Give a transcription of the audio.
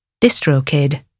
DistroKid